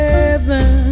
Heaven